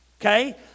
Okay